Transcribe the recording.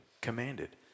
commanded